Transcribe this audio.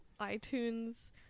itunes